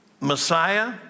Messiah